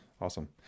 awesome